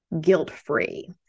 guilt-free